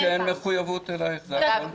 הוא כתב שאין מחויבות אלייך, זה הכול.